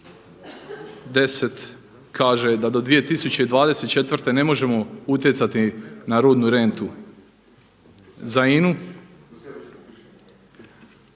kaže da do 2024. ne možemo utjecati na rudnu rentu za